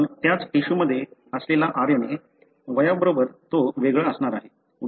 पण त्याच टिश्यूमध्ये असलेला RNA वयाबरोबर तो वेगळा असणार आहे